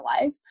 life